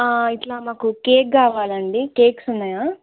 ఇలా మాకు కేక్ కావాలండి కేక్స్ ఉన్నాయా